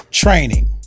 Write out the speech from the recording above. Training